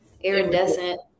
iridescent